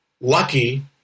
lucky